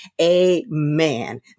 Amen